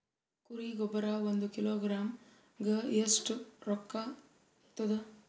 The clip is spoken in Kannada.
ಕುರಿ ಗೊಬ್ಬರ ಒಂದು ಕಿಲೋಗ್ರಾಂ ಗ ಎಷ್ಟ ರೂಕ್ಕಾಗ್ತದ?